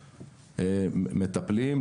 מטפלים,